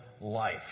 life